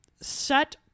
set